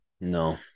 No